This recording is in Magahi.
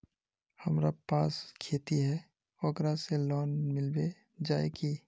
हमरा पास खेती है ओकरा से लोन मिलबे जाए की?